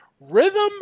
Rhythm